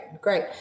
great